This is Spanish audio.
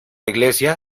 iglesia